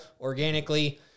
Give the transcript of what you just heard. organically